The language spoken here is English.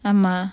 ஆமா:aama